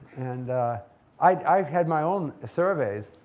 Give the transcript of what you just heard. and i've had my own surveys.